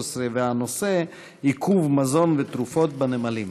והנושא הוא: עיכוב מזון ותרופות בנמלים.